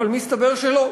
אבל מסתבר שלא.